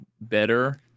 better